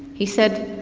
he said,